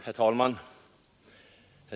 Herr talman!